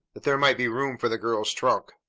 that there might be room for the girl's trunk.